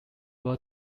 were